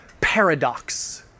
Paradox